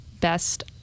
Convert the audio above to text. Best